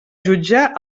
jutjar